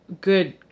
good